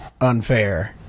unfair